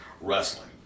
wrestling